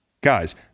guys